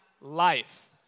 life